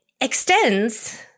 extends